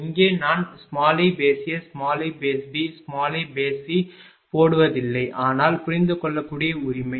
இங்கே நான் iA iBiC போடுவதில்லை ஆனால் புரிந்துகொள்ளக்கூடிய உரிமை